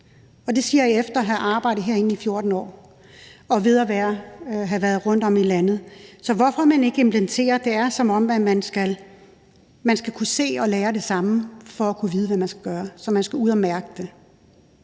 Det siger jeg efter at have arbejdet herinde i 14 år og efter at have været rundt i landet. Så hvorfor implementerer man det ikke? Det er, som om man skal kunne se og lære det samme for at kunne vide, hvad man skal gøre. Så man skal ud at mærke det.